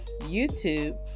YouTube